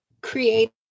create